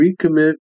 recommit